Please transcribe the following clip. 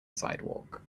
sidewalk